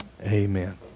amen